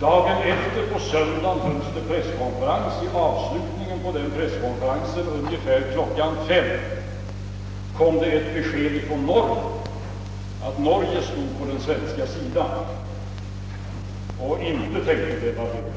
Dagen därpå, på söndagen, hölls det presskonferens. Mot slutet av denna — ungefär klockan 5 på eftermiddagen — kom beskedet att Norge stod på den svenska sidan och inte tänkte devalvera.